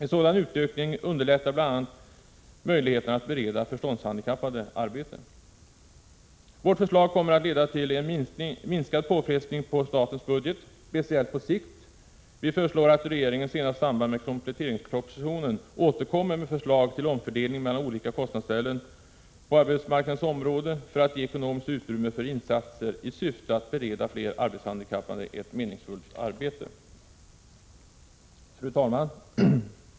En sådan utökning underlättar bl.a. möjligheten att bereda förståndshandikappade arbete. Vårt förslag kommer att leda till minskad påfrestning på statens budget, speciellt på sikt. Vi föreslår att regeringen senast i samband med kompletteringspropositionen återkommer med förslag till omfördelning mellan olika kostnadsställen på arbetsmarknadens område för att ge ekonomiskt utrymme för insatser i syfte att bereda flera arbetshandikappade ett meningsfullt arbete. Fru talman!